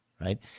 Right